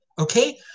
Okay